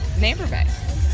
neighborhood